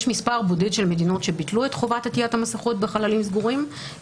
יש מספר בודד של מדינות שביטלו את חובת עטיית המסכות בחללים סגורים,